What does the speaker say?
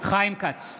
חיים כץ,